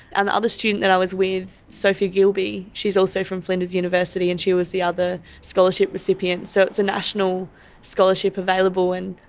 and student that i was with, sophie gilbey, she is also from flinders university and she was the other scholarship recipient, so it's a national scholarship available and,